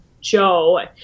joe